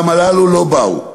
אולם הללו לא באו.